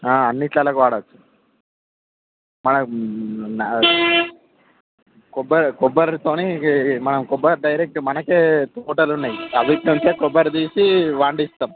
అన్నిట్లల్లకు వాడోచ్చు మనం కొబ్బరి కొబ్బరితోని మనం కొబ్బరి డైరెక్ట్ మనకే తోటలున్నాయి అవిటి నుంచే కొబ్బరి తీసి పండిస్తాం